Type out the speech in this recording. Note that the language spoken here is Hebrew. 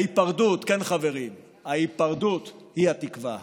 ההיפרדות, כן, חברים, ההיפרדות היא התקווה.